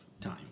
time